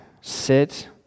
sit